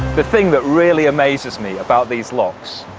the thing that really amazes me about these locks